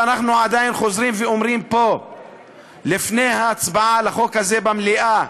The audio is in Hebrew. ואנחנו עדיין חוזרים ואומרים פה לפני ההצבעה על החוק הזה במליאה: